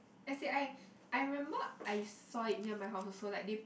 as in I I remember I saw it near my house also like they